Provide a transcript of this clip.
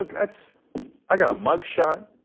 that's i got a mug shot,